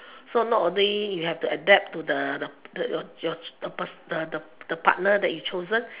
so not only you have to adapt to the the the partner that you chosen